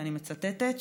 ואני מצטטת,